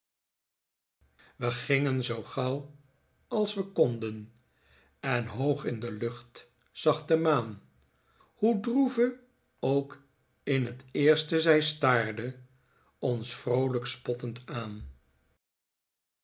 we gingen zoo gauw als we konden en hoog in de lucht zag de maan hoe droeve ook in t eerst zij staarde ons vroolijk spottend aan